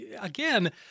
again